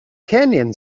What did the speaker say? canyon